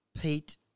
Pete